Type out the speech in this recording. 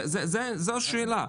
זו השאלה.